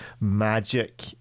magic